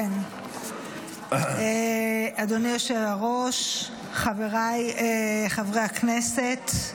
אדוני היושב-ראש, חבריי חברי הכנסת,